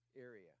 area